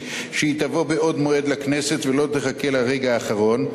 שהיא תבוא בעוד מועד לכנסת ולא תחכה לרגע האחרון,